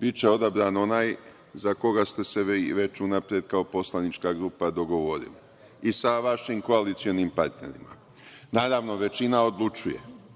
Biće odabran onaj za koga ste se vi već unapred kao poslanička grupa dogovorili, zajedno sa vašim koalicionim partnerima. Naravno, većina odlučuje. Ali,